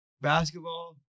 basketball